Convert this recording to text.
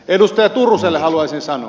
edustaja turuselle haluaisin sanoa